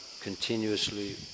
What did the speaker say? continuously